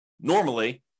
normally